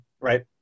right